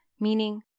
meaning